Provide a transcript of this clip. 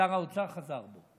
שר האוצר חזר בו.